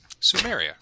Sumeria